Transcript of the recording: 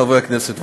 חברי הכנסת,